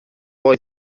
boy